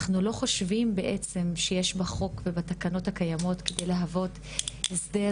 אנחנו לא חושבים בעצם שיש בחוק ובתקנות הקיימות כדי להוות הסדר